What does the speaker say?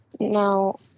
Now